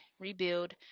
rebuild